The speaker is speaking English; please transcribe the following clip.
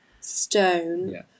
stone